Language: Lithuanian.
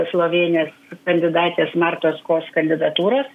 slovėnės kandidatės martos kos kandidatūros